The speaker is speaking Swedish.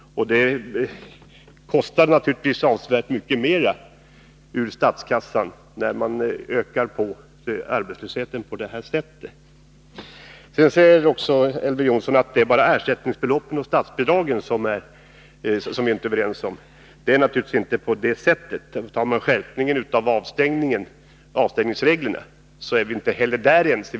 Det kostar naturligtvis avsevärt mycket mera för statskassan när man ökar på arbetslösheten på detta sätt. Vidare säger Elver Jonsson att det bara är ersättningsbeloppen och statsbidragen som vi inte är överens om. Det är naturligtvis inte på det sättet. Inte heller när det gäller skärpningen av avstängningsreglerna är vi ense.